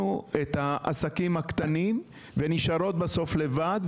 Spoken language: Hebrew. את העסקים הקטנים ונשארות בסוף לבד,